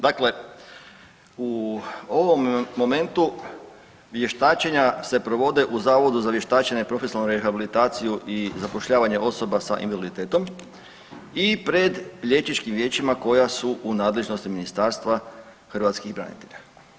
Dakle, u ovom momentu vještačenja se provode u Zavodu za vještačenje i profesionalnu rehabilitaciju i zapošljavanje osoba s invaliditetom i pred liječničkim vijećima koja su u nadležnosti Ministarstva hrvatskih branitelja.